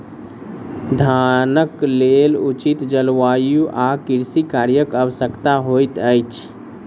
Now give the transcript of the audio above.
धानक लेल उचित जलवायु आ कृषि कार्यक आवश्यकता होइत अछि